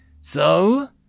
So